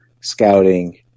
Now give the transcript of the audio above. scouting